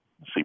see